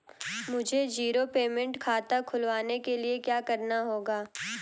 मुझे zero payment खाता खुलवाने के लिए क्या करना होगा?